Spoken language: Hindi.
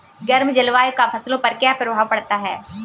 गर्म जलवायु का फसलों पर क्या प्रभाव पड़ता है?